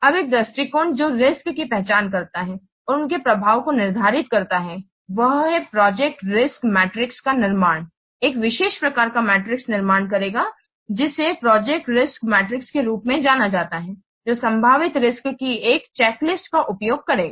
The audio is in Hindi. अब एक दृष्टिकोण जो रिस्क् की पहचान करता है और उनके प्रभावों को निर्धारित करता है वह है प्रोजेक्ट रिस्क् मैट्रिक्स का निर्माण एक विशेष प्रकार का मैट्रिक्स निर्माण करेगा जिसे प्रोजेक्ट रिस्क् मैट्रिक्स के रूप में जाना जाता है जो संभावित रिस्क्स की एक चेकलिस्ट का उपयोग करेगा